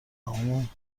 تمام